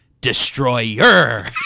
Destroyer